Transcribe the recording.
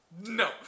no